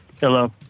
hello